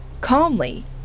Calmly